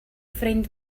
ffrind